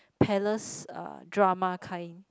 palace uh drama kind